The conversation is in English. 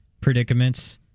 predicaments